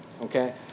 okay